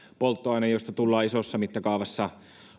polttoaine josta tullaan isossa mittakaavassa